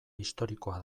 historikoa